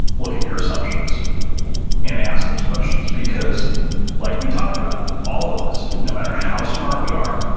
look at your assumptions and ask those questions, because like we talked about, all of us no matter how smart we are,